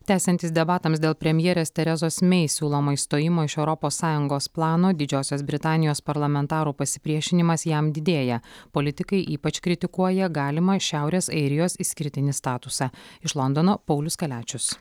tęsiantis debatams dėl premjerės terezos mey siūlomo išstojimo iš europos sąjungos plano didžiosios britanijos parlamentarų pasipriešinimas jam didėja politikai ypač kritikuoja galimą šiaurės airijos išskirtinį statusą iš londono paulius kaliačius